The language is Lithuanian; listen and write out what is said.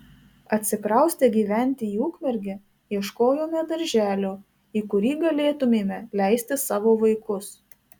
atsikraustę gyventi į ukmergę ieškojome darželio į kurį galėtumėme leisti savo vaikus